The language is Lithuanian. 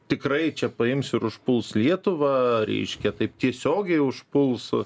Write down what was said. tikrai čia paims ir užpuls lietuvą reiškia taip tiesiogiai užpuls